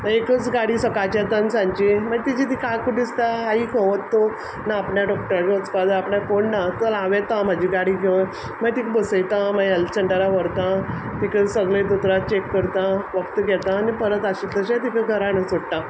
माई एकूच गाडी सकाळची येता आन सांजची माय तेजी ती काकूट दिसता आई खो वत तूं ना आपणा डॉक्टरा कडेन वचपा जाय आपणाक कोण णा चल हांव येता म्हाजी गाडी घेवन माय तिक बसयता माई हॅल्थ सँटरा व्हरता तिका सगलें दोतोरा चॅक करता वखद घेता आनी परत आशिल्लें तशें तिका घरा हाडून सोडटा